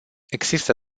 există